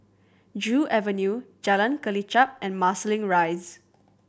Joo Avenue Jalan Kelichap and Marsiling Rise